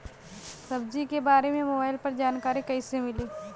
सब्जी के बारे मे मोबाइल पर जानकारी कईसे मिली?